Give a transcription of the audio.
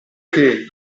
che